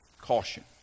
caution